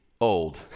old